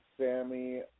Sammy